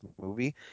movie